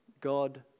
God